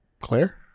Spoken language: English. Claire